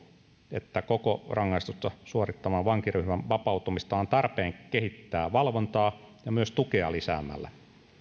että koko rangaistusta suorittavan vankiryhmän vapautumista on tarpeen kehittää valvontaa ja myös tukea lisäämällä